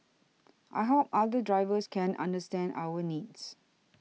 I hope other drivers can understand our needs